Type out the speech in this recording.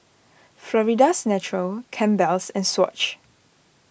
Florida's Natural Campbell's and Swatch